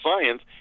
science